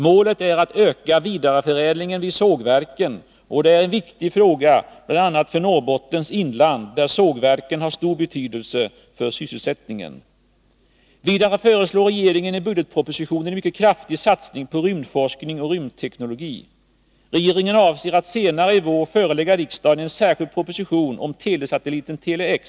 Målet är att öka vidareförädlingen vid sågverken, och det är en viktig fråga bl.a. för Norrbottens inland, där sågverken har stor betydelse för sysselsättningen. Vidare föreslår regeringen i budgetpropositionen en mycket kraftig satsning på rymdforskning och rymdteknologi. Regeringen avser att senarei Nr 61 vår förelägga riksdagen en särskild proposition om telesatelliten Tele-X.